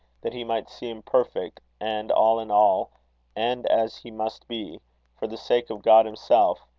that he might see him perfect and all in all and as he must be for the sake of god himself,